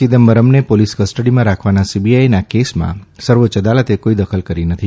ચિદમ્બરમને police કસ્ટડીમાં રાખવાના સીબીઆઇના કેસમાં સર્વોચ્ય અદાલતે કોઇ દખલ કરી નથી